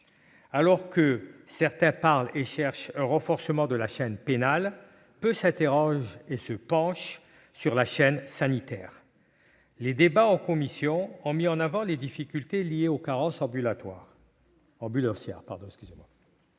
Alors que certains évoquent et recherchent un renforcement de la chaîne pénale, peu se penchent sur la chaîne sanitaire. Les débats en commission ont mis en avant les difficultés liées aux carences ambulancières.